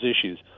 issues